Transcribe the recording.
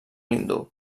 hindú